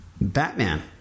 Batman